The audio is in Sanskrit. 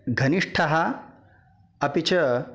धनिष्ठः अपि च